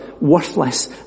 worthless